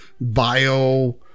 bio